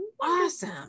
awesome